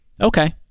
Okay